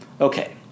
Okay